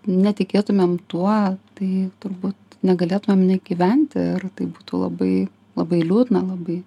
netikėtumėm tuo tai turbūt negalėtumėm nei gyventi ir tai būtų labai labai liūdna labai